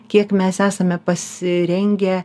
kiek mes esame pasirengę